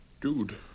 Dude